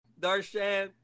Darshan